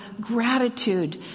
gratitude